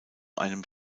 einem